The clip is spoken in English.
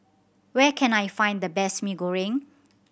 where can I find the best Mee Goreng